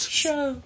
show